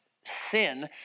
sin